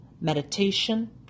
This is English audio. meditation